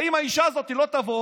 האם האישה הזאת לא תבוא